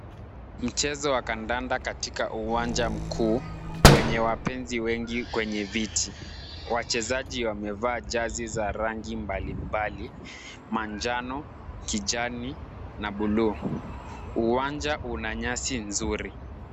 Mchezo wa kandanda katika uwanja mkuu wenye wapenzi wengi kwenye viti. Wachezaji wamevaa jazi za rangi mbali mbali, manjano, kijani na buluu. Uwanja una nyasi nzuri.